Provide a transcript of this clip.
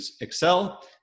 Excel